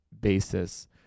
basis